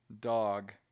dog